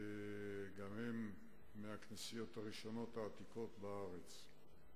מהכנסיות הראשונות העתיקות בארץ.